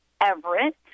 Everett